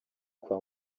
kwa